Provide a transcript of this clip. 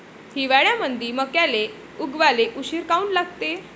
हिवाळ्यामंदी मक्याले उगवाले उशीर काऊन लागते?